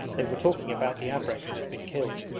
they were talking about the abrek who had been killed.